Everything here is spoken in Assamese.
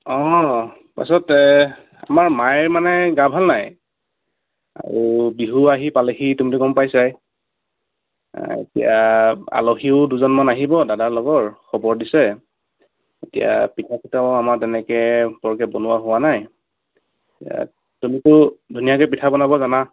অঁ পাছত আমাৰ মায়ে মানে গা ভাল নাই আৰু বিহু আহি পালেহি তুমিতো গম পাইছাই এতিয়া আলহীও দুজনমান আহিব দাদাৰ লগৰ খবৰ দিছে এতিয়া পিঠা চিঠাও আমাৰ তেনেকৈ বৰকৈ বনোৱা হোৱা নাই তুমিতো ধুনীয়াকৈ পিঠা বনাব জানা